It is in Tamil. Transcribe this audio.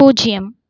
பூஜ்யம்